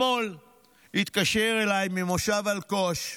אתמול התקשר אליי אבי ממושב אלקוש: